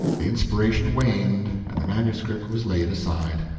the inspiration waned and the manuscript was laid aside.